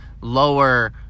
lower